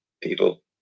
people